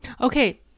Okay